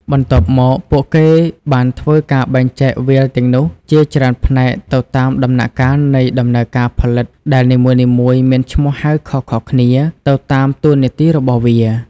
បន្ទាប់មក ពួកគេបានធ្វើការបែងចែកវាលទាំងនោះជាច្រើនផ្នែកទៅតាមដំណាក់កាលនៃដំណើរការផលិតដែលនីមួយៗមានឈ្មោះហៅខុសៗគ្នាទៅតាមតួនាទីរបស់វា។